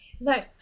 no